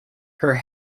her